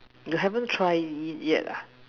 you haven't try it it yet ah